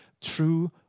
true